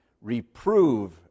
reprove